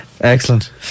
Excellent